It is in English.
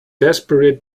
desperate